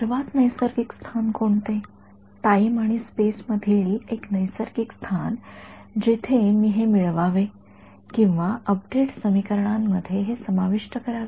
सर्वात नैसर्गिक स्थान कोणते टाईम आणि स्पेस मधील एक नैसर्गिक स्थान जिथे मी हे मिळवावे किंवा अपडेट समीकरणांमध्ये हे समाविष्ट करावे